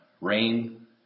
Rain